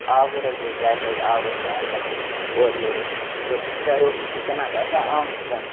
آوُر حظ لٔگۍ گَرِ لَگہِ آوُر کامہِ رژھ اوسُس اورٕ یورٕ أسۍ سٍتۍ تہٕ گَرِ اوسُس وُنکٮ۪ن نتہٕ آسٕہا آمُت